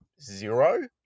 zero